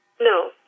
No